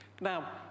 Now